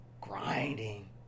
grinding